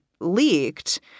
leaked